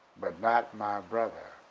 but not my brother.